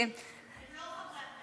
הם לא חברי כנסת.